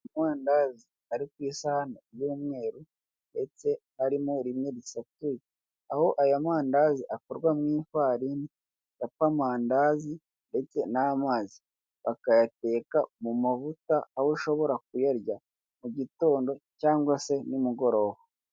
Amandazi ari ku isahani y'umweru ndetse harimo rimwe risatuye, aho aya mandazi akorwa mu ifarini, capamandazi ndetse n'amazi, bakayateka mu mavuta, aho ushobora kuyarya mu gitondo cyangwa se nimugoroba.